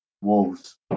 Wolves